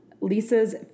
Lisa's